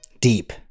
deep